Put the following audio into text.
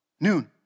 noon